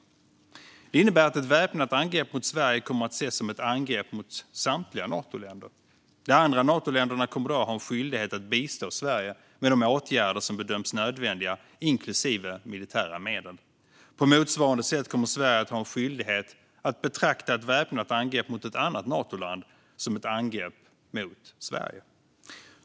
Detta innebär att ett väpnat angrepp mot Sverige kommer att ses som ett angrepp mot samtliga Natoländer. De andra Natoländerna kommer då att ha en skyldighet att bistå Sverige med de åtgärder som bedöms nödvändiga, inklusive militära medel. På motsvarande sätt kommer Sverige att ha en skyldighet att betrakta ett väpnat angrepp mot ett annat Natoland som ett angrepp mot Sverige.